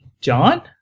John